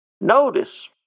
Notice